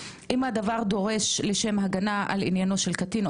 אם הדבר דורש לשם הגנה על עניינו של קטין,